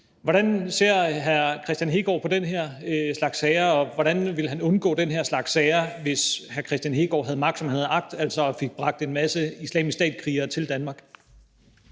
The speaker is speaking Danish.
Hvordan ser hr. Kristian Hegaard på den her slags sager, og hvordan ville han undgå den her slags sager, hvis hr. Kristian Hegaard havde magt, som han har agt, altså i forhold til at man fik bragt en masse Islamisk Stat-krigere til Danmark?